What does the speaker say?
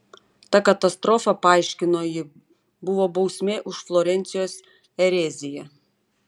ta katastrofa paaiškino ji buvo bausmė už florencijos ereziją